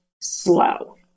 slow